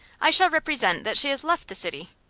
i shall represent that she has left the city.